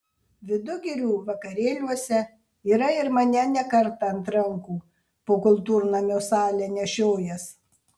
vidugirių vakarėliuose yra ir mane ne kartą ant rankų po kultūrnamio salę nešiojęs